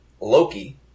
Loki